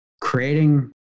creating